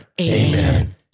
Amen